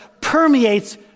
permeates